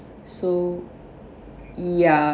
so ya